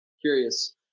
Curious